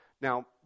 Now